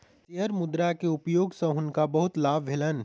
share मुद्रा के उपयोग सॅ हुनका बहुत लाभ भेलैन